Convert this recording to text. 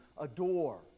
adore